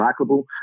recyclable